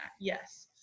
Yes